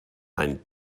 ein